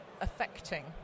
affecting